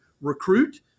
recruit